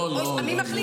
מי מחליט?